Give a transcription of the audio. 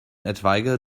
etwaige